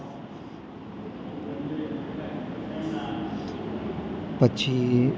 પછી